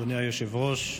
אדוני היושב-ראש,